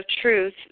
truth